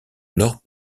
nord